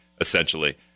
essentially